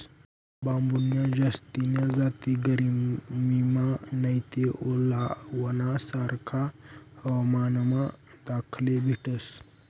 बांबून्या जास्तीन्या जाती गरमीमा नैते ओलावाना सारखा हवामानमा दखाले भेटतस